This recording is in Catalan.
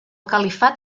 califat